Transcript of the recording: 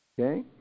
Okay